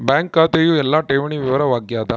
bank ಖಾತೆಯು ಎಲ್ಲ ಠೇವಣಿ ವಿವರ ವಾಗ್ಯಾದ